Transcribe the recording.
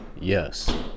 yes